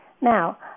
Now